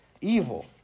evil